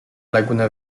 laguna